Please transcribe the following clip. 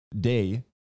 day